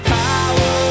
power